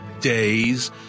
days